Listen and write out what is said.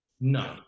None